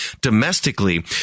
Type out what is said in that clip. domestically